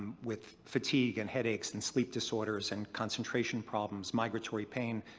with fatigue and headaches and sleep disorders and concentration problems, migratory pain,